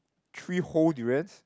three whole durians